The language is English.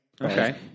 Okay